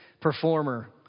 performer